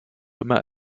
immer